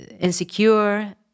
insecure